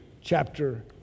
chapter